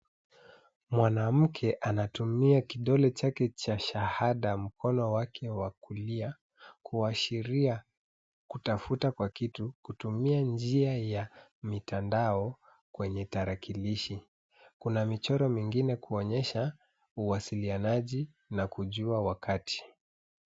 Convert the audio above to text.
Mwanamke anatumia kidole chake cha shahada mkono wake wa kulia kuashiria kutafuta kwa kitu kutumia njia ya mitandao kwenye tarakilishi. Kuna michoro mingine kuonyesha uwasilianaji na kujua wakati.